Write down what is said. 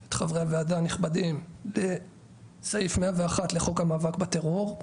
את חברי הוועדה הנכבדים לסעיף 101 לחוק המאבק בטרור,